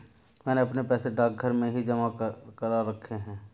मैंने अपने पैसे डाकघर में ही जमा करा रखे हैं